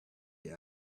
gray